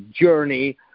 journey